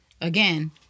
again